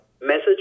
message